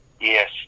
Yes